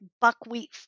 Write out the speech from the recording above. buckwheat